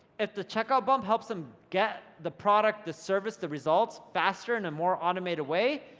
if the checkout bump helps them get the product, the service, the results faster, in a more automated way,